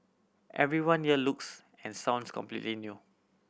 everyone here looks and sounds completely new